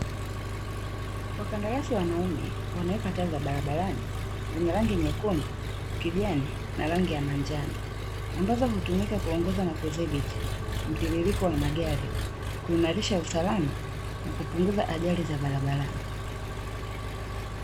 Wakandarasi wanaume wanaweka taa za barabarani zenye rangi nyekundu, kijani, na rangi ya manjano, ambazo hutumika kuongoza na kudhibiti mtiririko wa magari kuimarisha usalama na kupunguza ajali za barabarani.